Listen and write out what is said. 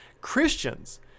Christians